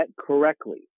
correctly